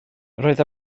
roedd